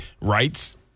rights